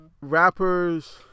rappers